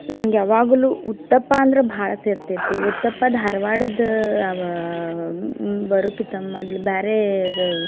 ನನ್ಗೆ ಯಾವಾಗ್ಲು ಉತ್ತಪ್ಪ ಅಂದ್ರೆ ಭಾಳ ಸೇರ್ತೈತಿ ಉತ್ತಪ್ಪ ಧಾರವಾಡದ ಅವಾ ಬರೋಕಿತ ಮೊದ್ಲು ಬೇರೇದು